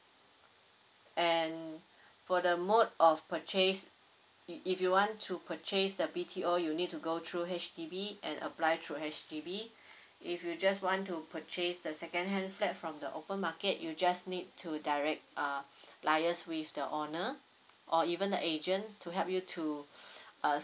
and for the mode of purchase it if you want to purchase the B_T_O you need to go through H_D_B and apply through H_D_B if you just want to purchase the second hand flat from the open market you just need to direct uh liaise with the owner or even the agent to help you to uh